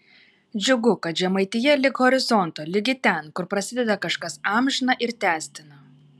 džiugu kad žemaitija lig horizonto ligi ten kur prasideda kažkas amžina ir tęstina